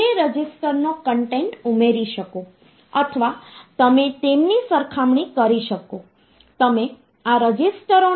આ digital inputs આપણને એ અર્થમાં મદદ કરશે કે તે ગણતરીની પ્રક્રિયામાં આવતા ઘોંઘાટ ની માત્રામાં ઘટાડો કરશે અને ગણતરી વધુ સારી રીતે કરી શકાય છે